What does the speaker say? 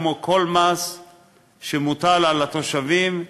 כמו כל מס שמוטל על התושבים,